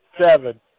seven